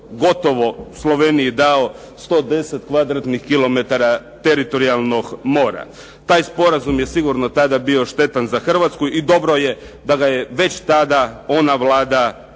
gotovo Sloveniji dao 110 kvadratnih kilometara teritorijalnog mora. Taj sporazum je tada sigurno bio štetan za Hrvatsku i dobro je da ga je već tada ona Vlada